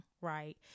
right